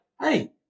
hey